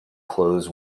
clothes